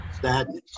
sadness